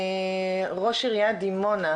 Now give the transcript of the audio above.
ראש עיריית דימונה,